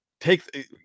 take